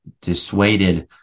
dissuaded